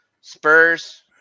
Spurs